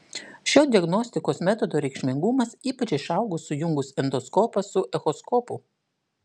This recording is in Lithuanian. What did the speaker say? šio diagnostikos metodo reikšmingumas ypač išaugo sujungus endoskopą su echoskopu